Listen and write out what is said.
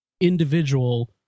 individual